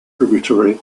tributary